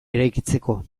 eraikitzeko